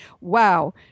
Wow